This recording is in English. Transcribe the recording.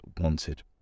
wanted